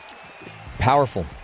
Powerful